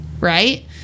right